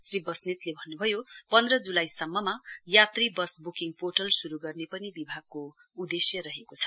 श्री बस्नेतले भन्नुभयो पन्ध जुलाई सम्ममा यात्री बस बुकिङ पोर्टल शुरू गर्ने पनि विभागको उद्देश्य रहेको छ